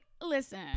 listen